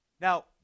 Now